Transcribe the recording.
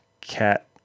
cat